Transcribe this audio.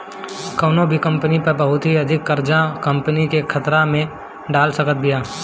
कवनो भी कंपनी पअ बहुत अधिका कर्जा कंपनी के खतरा में डाल सकत बिया